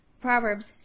Proverbs